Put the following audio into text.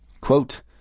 Quote